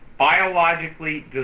Biologically